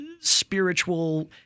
spiritual